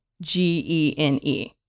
G-E-N-E